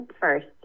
first